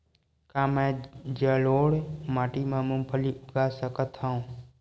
का मैं जलोढ़ माटी म मूंगफली उगा सकत हंव?